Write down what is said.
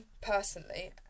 personally